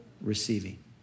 receiving